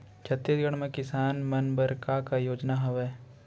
छत्तीसगढ़ म किसान मन बर का का योजनाएं हवय?